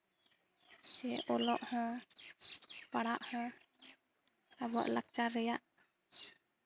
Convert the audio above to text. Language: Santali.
ᱥᱮ ᱚᱞᱚᱜ ᱦᱚᱸ ᱯᱟᱲᱦᱟᱜ ᱦᱚᱸ ᱟᱵᱚᱣᱟᱜ ᱞᱟᱠᱪᱟᱨ ᱨᱮᱭᱟᱜ